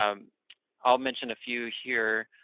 um i'll mention a few here.